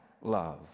love